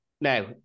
Now